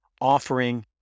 offering